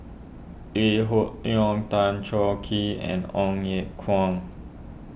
Lee Hoon Leong Tan Choh Kee and Ong Ye Kung